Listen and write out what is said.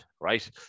right